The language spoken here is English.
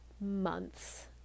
months